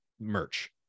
merch